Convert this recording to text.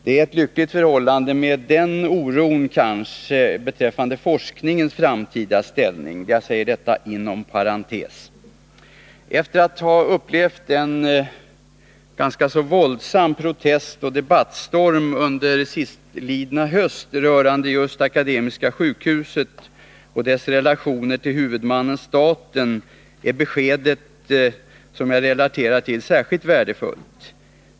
Det är ett lyckligt förhållande, kanske med någon oro beträffande forskningens samtida ställning. Jag säger detta inom parentes. Efter att ha upplevt en ganska våldsam protestoch debattstorm under sistlidna höst rörande just Akademiska sjukhuset och dess relationer till huvudmannen staten är beskedet som jag relaterat till särskilt värdefullt.